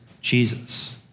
Jesus